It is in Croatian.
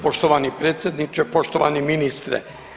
Poštovani predsjedniče, poštovani ministre.